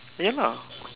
ya lah